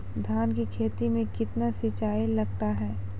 धान की खेती मे कितने सिंचाई लगता है?